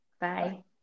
Bye